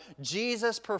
Jesus